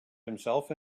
himself